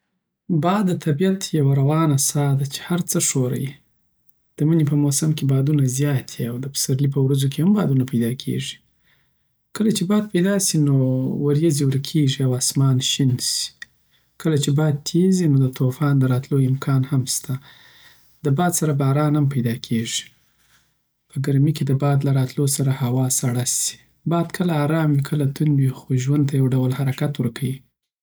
باد د طبیعت یوه روانه ساه ده چی هر څه ښوروی دمنی په موسم کی بادونه زیات وی او د پسرلي په ورځو کی هم بادونه پیداکیږی کله چی باد پیدا سی نو رویځی ورکیږی او اسمان شین سی کله چی باد تیز یی، نو د طوفان دراتلو امکان هم سته د باد سره باران هم پیدا کیږی په ګرمی کی د باد له راتلوسره هوا سړه سی باد کله آرام وی، کله تند، خو ژوند ته یو ډول حرکت ورکوی